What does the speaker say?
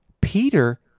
Peter